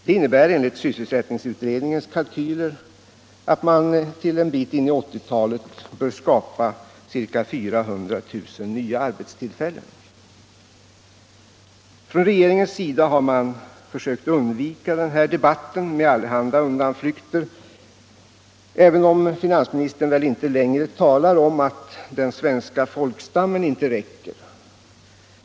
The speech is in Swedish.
Det innebär enligt sysselsättningsutredningens kalkyler att vi till en bit in på 1980-talet bör skapa ca 400 000 nya arbetstillfällen. Från regeringens sida har man försökt undvika den här debatten med allehanda undanflykter, även om finansministern väl inte längre talar om att ”den svenska folkstammen inte räcker”.